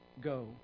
go